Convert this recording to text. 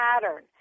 pattern